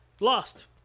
Lost